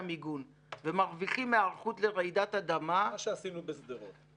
המיגון ומרוויחים היערכות לרעידת אדמה --- מה שעשינו בשדרות.